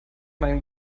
mein